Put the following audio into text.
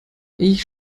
ich